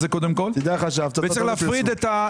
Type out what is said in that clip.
קודם כל הדיון כפי שאישרתי אותו לך,